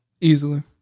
Easily